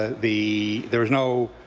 the there is no